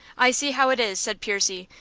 i see how it is, said percy,